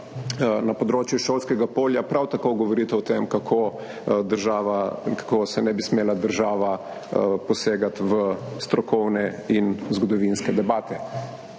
na področje šolskega polja, prav tako govorita o tem, kako država ne bi smela posegati v strokovne in zgodovinske debate.